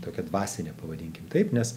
tokia dvasinė pavadinkim taip nes